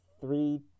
three